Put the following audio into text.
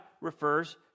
refers